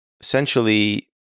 essentially